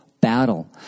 battle